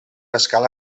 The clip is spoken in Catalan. escala